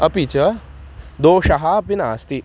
अपि च दोषः अपि नास्ति